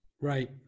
Right